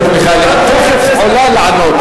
חברת הכנסת מיכאלי, את תיכף עולה לענות.